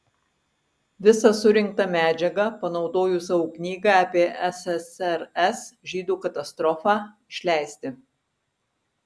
visą surinktą medžiagą panaudojo savo knygai apie ssrs žydų katastrofą išleisti